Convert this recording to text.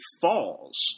falls